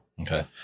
Okay